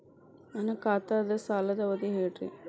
ನನ್ನ ಖಾತಾದ್ದ ಸಾಲದ್ ಅವಧಿ ಹೇಳ್ರಿ